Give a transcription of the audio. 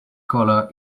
collar